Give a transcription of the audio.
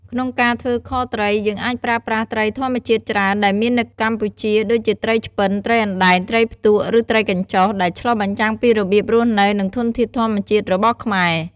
ក្នុងការធ្វើខត្រី យើងអាចប្រើប្រាស់ត្រីធម្មជាច្រើនដែលមាននៅកម្ពុជា ដូចជាត្រីឆ្ពិន ត្រីអណ្ដែង ត្រីផ្ទក់ ឬត្រីកញ្ចុះ ដែលឆ្លុះបញ្ចាំងពីរបៀបរស់នៅ និងធនធានធម្មជាតិរបស់ខ្មែរ។